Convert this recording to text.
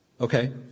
Okay